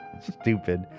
Stupid